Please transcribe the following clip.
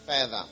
further